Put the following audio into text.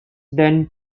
then